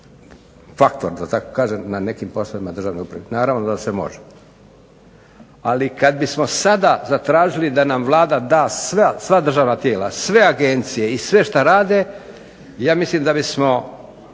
faktor, da tako kažem, na nekim poslovima državne uprave. Naravno da se može. Ali kad bismo sada zatražili da nam Vlada da sva državna tijela, sve agencije i sve šta rade, ja mislim da bismo